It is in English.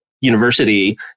university